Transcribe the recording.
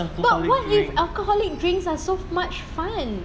but what if alcoholic drinks are so much fun